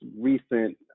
recent